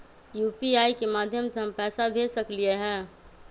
UPI के माध्यम से हम पैसा भेज सकलियै ह?